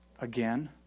again